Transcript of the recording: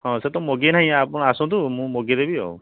ହଁ ସେତ ମଗେଇ ନାହିଁ ଆପଣ ଆସନ୍ତୁ ମୁଁ ମଗେଇଦେବି ଆଉ